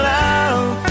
love